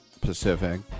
Pacific